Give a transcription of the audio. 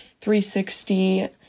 360